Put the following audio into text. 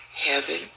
heaven